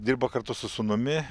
dirba kartu su sūnumi